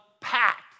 packed